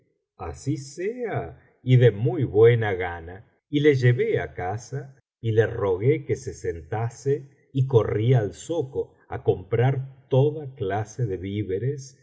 así sea y de muy buena gana y le llevé á casa y le rogué que se sentase y corrí al zoco á comprar toda clase de víveres